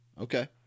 Okay